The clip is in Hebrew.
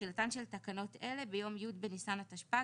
תחילתן של תקנות אלה ביום י' בניסן התשפ"ג